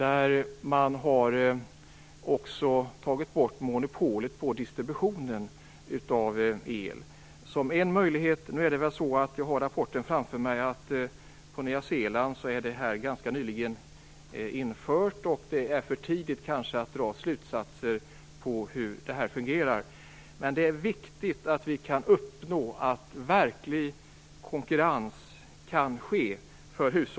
Även där har monopolet på distributionen av el tagits bort. Jag har en rapport om detta framför mig. Detta infördes ganska nyligen på Nya Zeeland, så det kanske är för tidigt att dra slutsatser om hur det fungerar. Men för hushållen är det viktigt att vi kan uppnå verklig konkurrens.